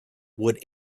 would